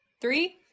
Three